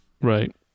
Right